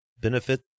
benefit